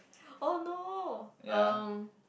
oh no um